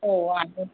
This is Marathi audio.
हो आहे